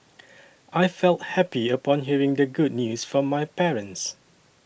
I felt happy upon hearing the good news from my parents